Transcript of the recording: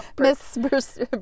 Miss